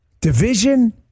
Division